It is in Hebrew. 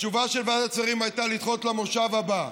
התשובה של ועדת שרים הייתה לדחות למושב הבא.